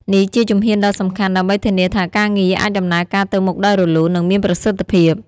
នេះជាជំហានដ៏សំខាន់ដើម្បីធានាថាការងារអាចដំណើរការទៅមុខដោយរលូន និងមានប្រសិទ្ធភាព។